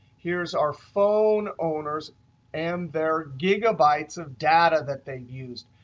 here's our phone owners and their gigabytes of data that they've used.